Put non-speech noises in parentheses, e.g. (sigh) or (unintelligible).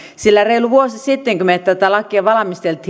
sillä reilu vuosi sitten kun me tätä lakia valmistelimme (unintelligible)